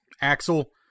Axel